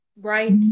Right